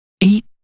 eight